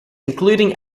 including